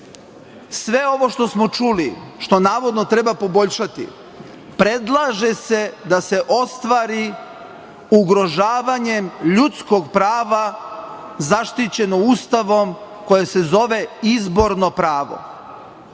sve ovo što smo čuli, što navodno treba poboljšati, predlaže se da se ostvari ugrožavanjem ljudskog prava zaštićeno Ustavom koje se zove izborno pravo.